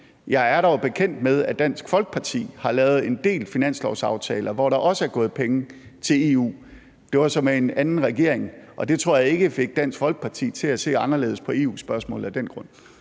Jeg er dog bekendt med, at Dansk Folkeparti har lavet en del finanslovsaftaler, hvor der også er gået penge til EU – det var så med en anden regering, og det tror jeg ikke fik Dansk Folkeparti til at se anderledes på EU-spørgsmål af den grund.